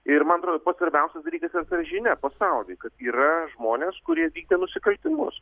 ir man atrodo pats svarbiausias dalykas tai yra žinia pasauliui kad yra žmonės kurie vykdė nusikaltimus